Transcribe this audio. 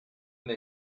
they